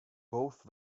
both